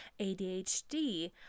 ADHD